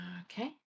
okay